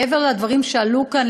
מעבר לדברים שעלו כאן,